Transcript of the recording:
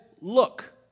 look